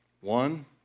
One